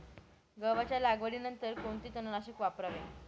गव्हाच्या लागवडीनंतर कोणते तणनाशक वापरावे?